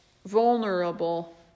Vulnerable